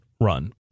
run